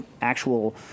actual